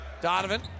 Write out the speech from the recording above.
Donovan